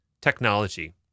technology